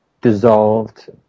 dissolved